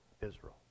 Israel